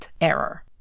error